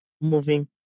moving